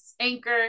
Anchor